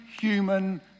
human